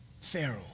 Pharaoh